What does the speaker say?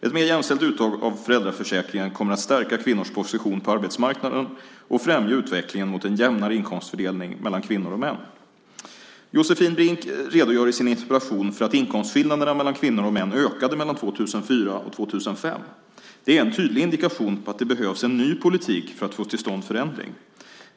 Ett mer jämställt uttag av föräldraförsäkringen kommer att stärka kvinnors position på arbetsmarknaden och främja utvecklingen mot en jämnare inkomstfördelning mellan kvinnor och män. Josefin Brink redogör i sin interpellation för att inkomstskillnaderna mellan kvinnor och män ökade mellan 2004 och 2005. Det är en tydlig indikation på att det behövs en ny politik för att få till stånd förändring.